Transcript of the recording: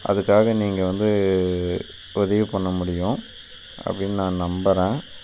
அதுக்காக நீங்கள் வந்து உதவி பண்ண முடியும் அப்படின்னு நான் நம்புகிறேன்